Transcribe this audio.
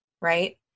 right